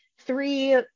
three